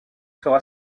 sera